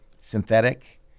synthetic